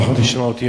לפחות תשמע אותי,